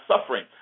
suffering